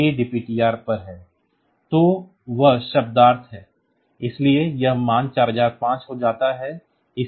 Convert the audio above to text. तो वह शब्दार्थ है इसलिए यह मान 4005 हो जाता है